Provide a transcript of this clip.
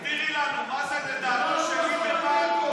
תגדירי לנו מה זה יהודי לדעתו של ליברמן